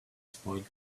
spoiled